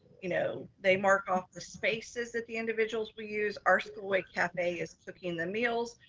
you know they mark off the spaces at the individuals we use. our school way cafe is cooking the meals.